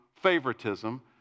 favoritism